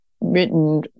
written